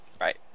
Right